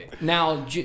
Now